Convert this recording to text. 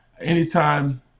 anytime